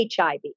HIV